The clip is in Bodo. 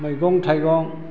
मैगं थाइगं